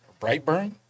Brightburn